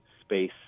space